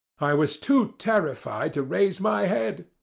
i was too terrified to raise my head.